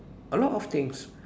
a lot of things